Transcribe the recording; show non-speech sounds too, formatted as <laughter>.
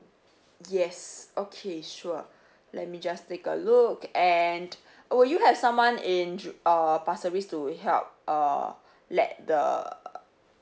<breath> yes okay sure let me just take a look and or you have someone in uh pasir ris to help uh <breath> let the